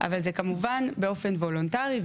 אבל זה כמובן באופן וולונטרי,